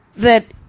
that,